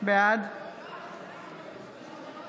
בעד אלי כהן,